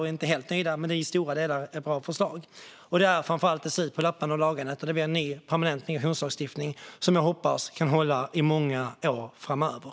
Vi är inte helt nöjda, men det är i stora delar ett bra förslag. Framför allt är det slut med lappandet och lagandet, och det blir en ny, permanent migrationslagstiftning, som jag hoppas kan hålla i många år framöver.